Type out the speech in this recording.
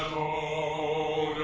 oh